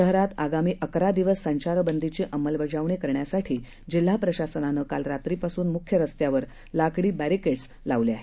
शहरात आगामी अकरा दिवस संचारबंदीची अंमलबजावणी करण्यासाठी जिल्हा प्रशासनानं काल रात्रीपासून मुख्य रस्त्यावर लाकडी बॅरीकेट्स लावण्यात आले आहेत